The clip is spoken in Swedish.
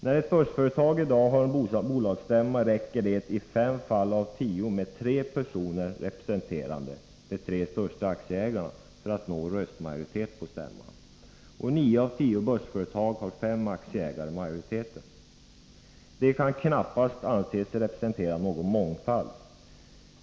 När ett börsföretag i dag har bolagsstämma räcker det i fem fall av tio med att tre personer representerar de tre största aktieägarna för att man skall nå röstmajoritet på stämman, och i nio av tio börsföretag har fem aktieägare majoriteten. De kan knappast anses representera någon mångfald.